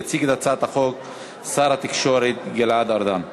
יציג את הצעת החוק שר התקשורת גלעד ארדן.